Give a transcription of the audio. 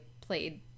played